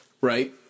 right